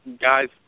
guys